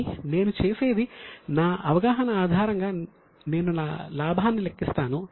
కానీ నేను చేసేది నా అవగాహన ఆధారంగా నేను లాభాన్ని లెక్కిస్తాను